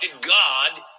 God